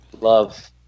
Love